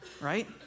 Right